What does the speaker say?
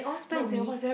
not me